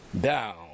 down